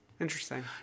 Interesting